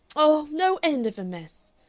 oh, no end of a mess!